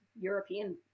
European